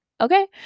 okay